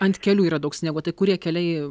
ant kelių yra daug sniego tai kurie keliai